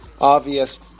Obvious